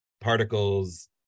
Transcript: particles